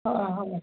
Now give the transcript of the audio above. হয় হয় হয়